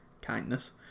kindness